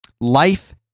Life